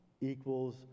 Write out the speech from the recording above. equals